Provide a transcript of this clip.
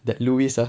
that louis ah